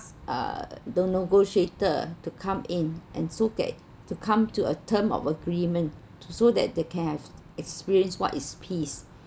uh the negotiator to come in and so get to come to a term of agreement to so that they can have experience what is peace